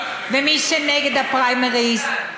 ומי שנגד הפריימריז,